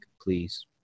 please